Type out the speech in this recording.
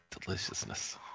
Deliciousness